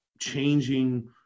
changing